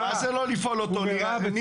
מה זה לא לשאול אותו, ניר?